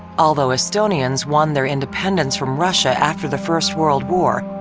although estonians won their independence from russia after the first world war,